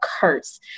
curse